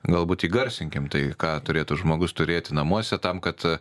galbūt įgarsinkim tai ką turėtų žmogus turėti namuose tam kad